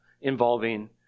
involving